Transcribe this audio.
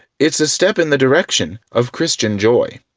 it's a step in the direction of christian joy.